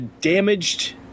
damaged